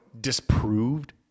disproved